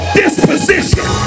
disposition